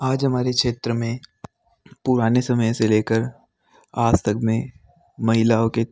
आज हमारे क्षेत्र में पुराने समय से लेकर आज तक में महिलाओं के